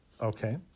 Okay